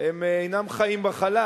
אינם חיים בחלל.